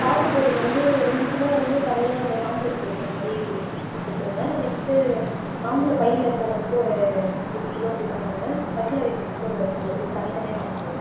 சாத்துக்குடி வந்து ரெண்டு கிலோ வந்து தனியாக அந்த தாம்பூலத்துக்கு வைக்கிற மாதிரி கொடுத்துருங்க நெக்ஸ்ட்டு தாம்பூல பையில் போடுறதுக்கு ஒரு எட்டு கிலோ அப்படி பண்ணிடுங்கள் தட்டில் வைக்கிறதுக்கு ஒரு ரெண்டு கிலோ இது தனித்தனியாக பேக் பண்ணிடுங்கள்